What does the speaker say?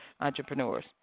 entrepreneurs